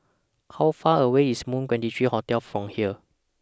How Far away IS Moon twenty three Hotel from here